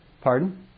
Pardon